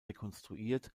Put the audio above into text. rekonstruiert